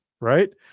right